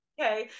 Okay